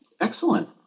Excellent